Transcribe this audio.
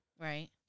Right